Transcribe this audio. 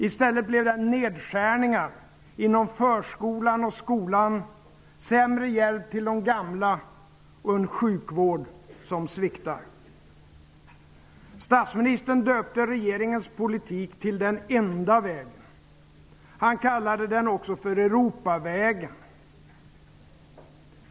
I stället blev det nedskärningar inom förskolan och skolan, sämre hjälp till de gamla och en sjukvård som sviktar. ''enda'' vägen. Han kallade den också för ''Europavägen''.